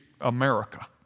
America